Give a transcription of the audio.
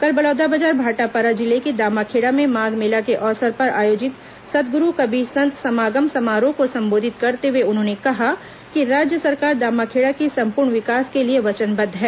कल बलौदाबाजार भाटापारा जिले के दामाखेड़ा में माघ मेला के अवसर पर आयोजित सदगुरू कबीर संत समागम समारोह को संबोधित करते हुए उन्होंने कहा कि राज्य सरकार दामाखेड़ा के संपूर्ण विकास के लिए वचनबद्ध है